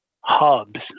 hubs